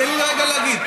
תן לי רגע להגיד.